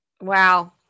Wow